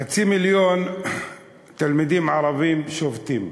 חצי מיליון תלמידים ערבים שובתים,